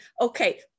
okay